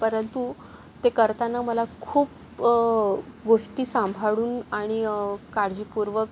परंतु ते करताना मला खूप गोष्टी सांभाळून आणि काळजीपूर्वक